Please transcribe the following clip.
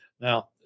Now